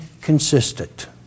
consistent